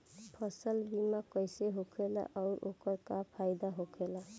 फसल बीमा कइसे होखेला आऊर ओकर का फाइदा होखेला?